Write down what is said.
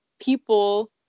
people